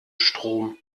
strom